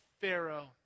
Pharaoh